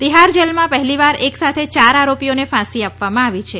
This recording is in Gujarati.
તિહાર જેલમાં પહેલીવાર એક સાથે ચાર આરોપીઓને ફાંસી આપવામાં આવી છે